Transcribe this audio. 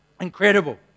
incredible